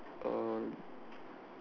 uh